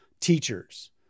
teachers